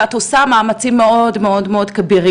ואת עושה מאמצים מאוד כבירים.